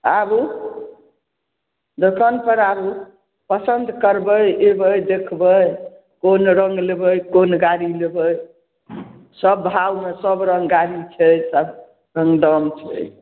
आबु दोकानपर आबु पसन्द करबै अयबै देखबै कोन रङ्ग लेबै कोन गाड़ी लेबै सब भाओमे सब रङ्ग गाड़ी छै सब दाम छै